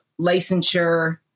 licensure